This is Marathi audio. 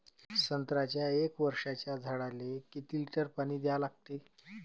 संत्र्याच्या एक वर्षाच्या झाडाले किती लिटर पाणी द्या लागते?